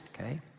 okay